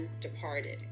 departed